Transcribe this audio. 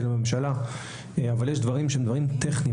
לממשלה אבל יש דברים שהם דברים טכניים.